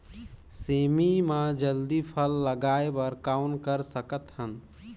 सेमी म जल्दी फल लगाय बर कौन कर सकत हन?